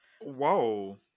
Whoa